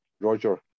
Roger